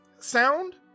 sound